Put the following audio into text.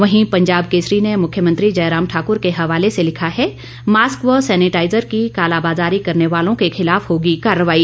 वहीं पंजाब केसरी ने मुख्यमंत्री जयराम ठाकूर के हवाले से लिखा है मास्क व सैनिटाइजर की कालाबाजारी करने वालों के खिलाफ होगी कार्रवाई